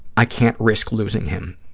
i can't risk losing him.